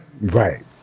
Right